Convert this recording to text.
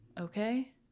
okay